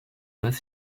pas